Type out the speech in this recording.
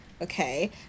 okay